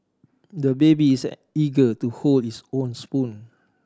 the baby is eager to hold his own spoon